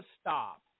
stop